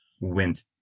went